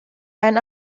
ein